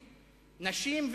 נשים,